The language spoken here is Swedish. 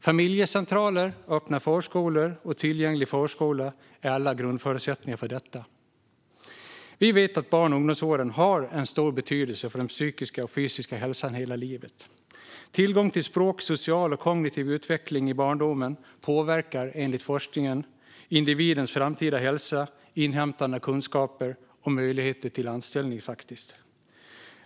Familjecentraler, öppna förskolor och tillgänglig förskola är grundförutsättningar för detta. Vi vet att barn och ungdomsåren har betydelse för den psykiska och fysiska hälsan hela livet. Tillgång till språk och social och kognitiv utveckling i barndomen påverkar, enligt forskningen, individens framtida hälsa, inhämtande av kunskaper och faktiskt möjligheterna till anställning.